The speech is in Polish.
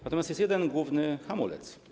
Natomiast jest jeden główny hamulec.